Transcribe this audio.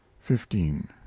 fifteen